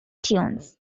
tunes